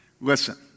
Listen